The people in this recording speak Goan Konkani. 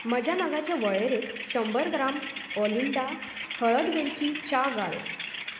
म्हज्या नगाच्या वळेरेत शंबर ग्राम ऑलिंडा हळद वेलची च्या घाल